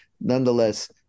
nonetheless